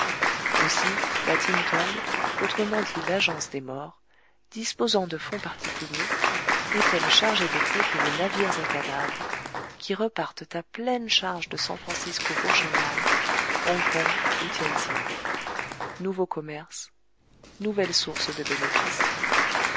aussi la ting tong autrement dit l'agence des morts disposant de fonds particuliers est-elle chargée de fréter les navires à cadavres qui repartent à pleines charges de san francisco pour shang haï hong kong ou tien tsin nouveau commerce nouvelle source de bénéfices